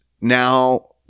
now